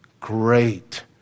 great